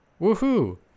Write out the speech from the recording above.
Woohoo